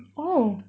oh